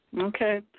Okay